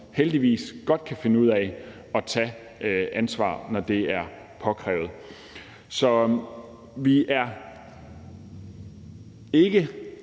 heldigvis godt kan finde ud af at tage ansvar, når det er påkrævet. Så vi er ikke